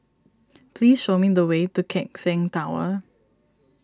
please show me the way to Keck Seng Tower